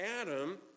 Adam